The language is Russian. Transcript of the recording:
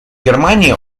германии